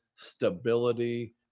stability